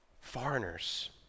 foreigners